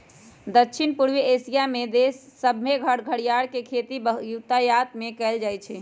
दक्षिण पूर्वी एशिया देश सभमें घरियार के खेती बहुतायत में कएल जाइ छइ